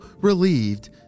relieved